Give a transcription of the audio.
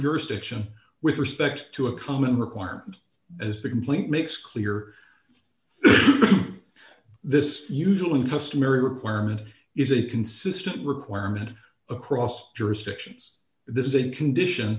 jurisdiction with respect to a common requirement as the complaint makes clear this usually customary requirement is a consistent requirement across jurisdictions this is a condition